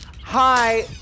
Hi